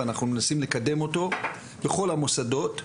ואנחנו מנסים לקדם אותו בכל המוסדות,